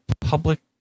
public